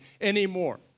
anymore